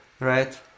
Right